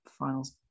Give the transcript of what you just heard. Finals